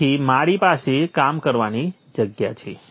તેથી મારી પાસે કામ કરવાની જગ્યા છે